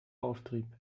auftrieb